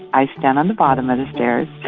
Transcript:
i stand on the bottom of the stairs,